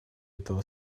этого